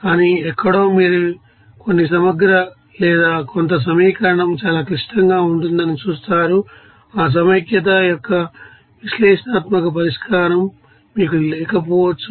కానీ ఎక్కడో మీరు కొన్ని సమగ్ర లేదా కొంత సమీకరణం చాలా క్లిష్టంగా ఉంటుందని చూస్తారు ఆ సమైక్యత యొక్క విశ్లేషణాత్మక పరిష్కారం మీకు లేకపోవచ్చు